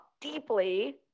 deeply